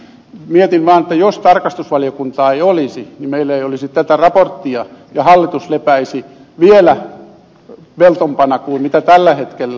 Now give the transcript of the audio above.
mietin vaan että jos tarkastusvaliokuntaa ei olisi niin meillä ei olisi tätä raporttia ja hallitus lepäisi vielä veltompana kuin tällä hetkellä